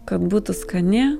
kad būtų skani